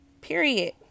period